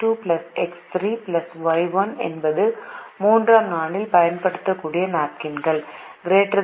ஆகவே அதிகப்படியானதாக இருந்தால் எக்ஸ் 1 எக்ஸ் 2 எக்ஸ் 3 ஒய் 1−240 என்பது 3 ஆம் நாள் முதல் நாள் 4 இது 3 ஆம் நாள் முதல் 4 ஆம் நாள் வரை கூடுதல் நாப்கின்களைக் குறிக்கிறது